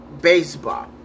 baseball